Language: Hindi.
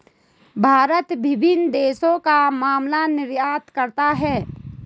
भारत विभिन्न देशों को मसाला निर्यात करता है